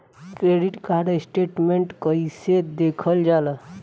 Credit card statement कइसे देखल जाला?